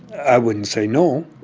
i wouldn't say no